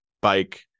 bike